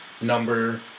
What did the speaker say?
number